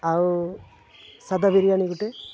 ଆଉ ସାଧା ବିରିୟାନୀ ଗୋଟେ